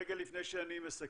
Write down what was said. רגע לפני שאסכם,